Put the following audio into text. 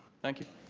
thank you.